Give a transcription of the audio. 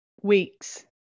weeks